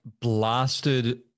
blasted